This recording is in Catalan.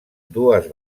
dues